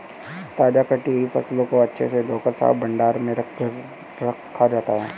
ताजा कटी हुई फसलों को अच्छे से धोकर साफ भंडार घर में रखा जाता है